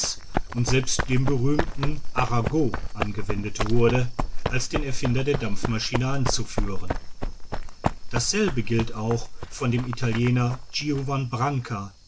und selbst dem berühmtem arago angewendet wurde als den erfinder der dampfmaschine anzuführen dasselbe gilt auch von dem italiener giovann branca